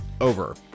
over